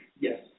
Yes